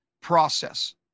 process